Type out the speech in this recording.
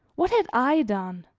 what had i done?